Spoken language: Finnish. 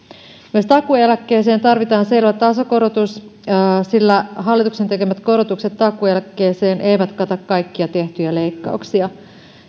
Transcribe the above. myös takuueläkkeeseen tarvitaan selvä tasokorotus sillä hallituksen tekemät korotukset takuueläkkeeseen eivät kata kaikkia tehtyjä leikkauksia